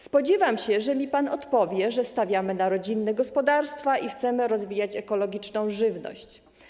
Spodziewam się, że odpowie mi pan, że stawiamy na rodzinne gospodarstwa i chcemy rozwijać ekologiczną żywność.